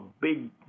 big